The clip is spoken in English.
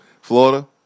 Florida